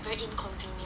very inconvenient